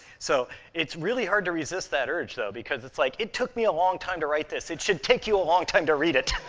so it's really hard to resist that urge, though, because it's like, it took me a long time to write this. it should take you a long time to read it.